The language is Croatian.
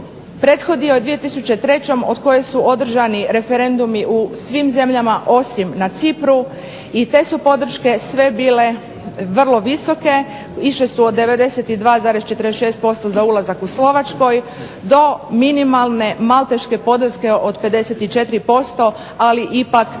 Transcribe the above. prethodio je 2003. od koje su održani referendumi u svim zemljama osim na Cipru i te su podrške sve bile vrlo visoke. Išle su od 92,46% za ulazak u Slovačkoj do minimalne malteške podrške od 54%, ali ipak prolazne.